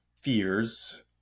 fears